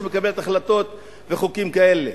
שמקבלת החלטות וחוקים כאלה?